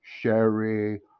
Sherry